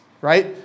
right